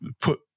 put